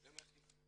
לא.